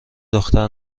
دختر